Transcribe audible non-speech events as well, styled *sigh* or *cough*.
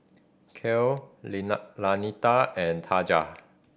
Kiel *unintelligible* Lanita and Taja